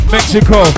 Mexico